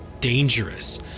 dangerous